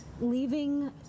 leaving